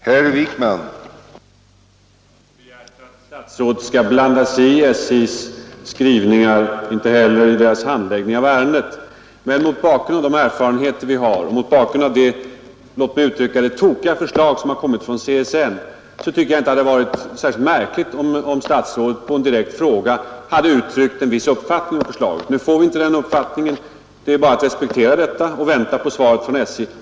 Herr talman! Jag har inte begärt att statsrådet skall blanda sig i SJ:s skrivningar och inte heller i dess handläggning av ärendet. Men mot bakgrund av det låt mig kalla det tokiga förslag som kommit från CSN hade det inte varit särskilt märkligt om statsrådet som svar på en fråga hade uttryckt en viss uppfattning om förslaget. Nu får vi inte det beskedet. Vi har bara att respektera det och vänta på svaret från SJ.